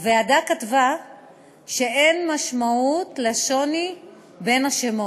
הוועדה כתבה שאין משמעות לשוני בין השמות.